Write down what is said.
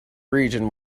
region